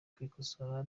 kwikosora